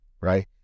Right